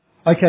Okay